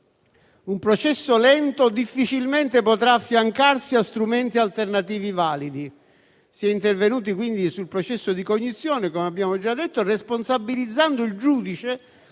Un processo lento difficilmente potrà affiancarsi a strumenti alternativi validi. Si è intervenuti quindi sul processo di cognizione - come abbiamo già detto - responsabilizzando il giudice